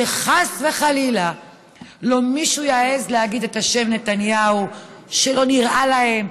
שחס וחלילה לא יעז מישהו להגיד את השם נתניהו כשלא נראה להם,